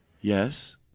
Yes